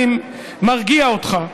אני מרגיע אותך,